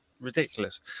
ridiculous